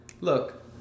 look